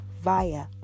via